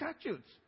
statutes